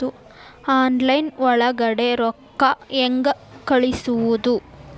Online ಒಳಗಡೆ ರೊಕ್ಕ ಹೆಂಗ್ ಕಳುಹಿಸುವುದು?